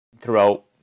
throughout